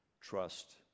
trust